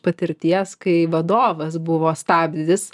patirties kai vadovas buvo stabdis